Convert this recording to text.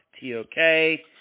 T-O-K